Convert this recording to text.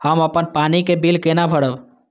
हम अपन पानी के बिल केना भरब?